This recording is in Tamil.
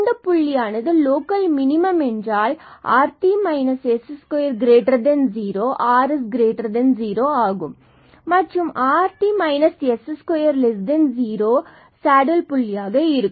இந்த புள்ளியானது local minimum rt s20 and r0 ஆகும் மற்றும் rt s20 சேடில் புள்ளியாக இருக்கும்